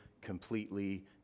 completely